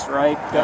right